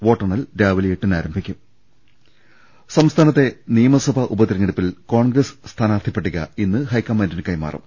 വോട്ടെണ്ണൽ രാവിലെ എട്ടിന് ആരംഭിക്കും സംസ്ഥാനത്തെ നിയമസഭാ ഉപതെരഞ്ഞെടുപ്പിൽ കോൺഗ്രസ് സ്ഥാനാർത്ഥി പട്ടിക ഇന്ന് ഹൈക്കമാന്റിന് കൈമാറും